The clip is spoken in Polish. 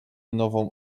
nową